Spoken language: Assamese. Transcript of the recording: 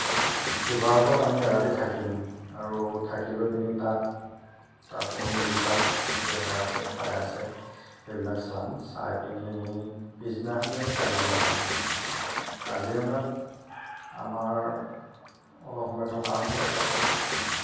শিৱসাগৰত আমি এৰাতি থাকিম আৰু থাকিলৈপিনি তাত তাৰ পুৰণি যিবিলাক জেগা আছে ঠাই আছে সেইবিলাক চাম চাইপিনি পিছদিনাখনি আমি কাজিৰঙা যাম কাজিৰঙাত আমাৰ অলপ সময় থকা হ'ব তাত